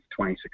2016